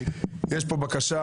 יש פה בקשה